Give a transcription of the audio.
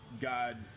God